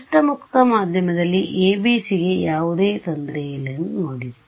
ನಷ್ಟ ಮುಕ್ತ ಮಾಧ್ಯಮದಲ್ಲಿ ABCಗೆ ಯಾವುದೇ ತೊಂದರೆಯಿಲ್ಲ ಎಂದು ನೋಡಿದೆ